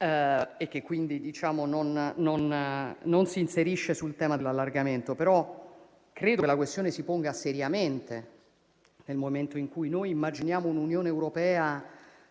e che quindi non si inseriscono sul tema dell'allargamento, però credo che la questione si ponga seriamente nel momento in cui noi immaginiamo un'Unione europea